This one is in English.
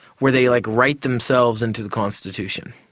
where they, like, write themselves into the constitution.